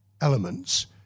elements